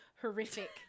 horrific